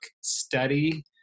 study